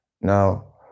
Now